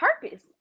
purpose